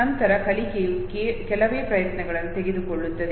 ನಂತರದ ಕಲಿಕೆಯು ಕೆಲವೇ ಪ್ರಯತ್ನಗಳನ್ನು ತೆಗೆದುಕೊಳ್ಳುತ್ತದೆ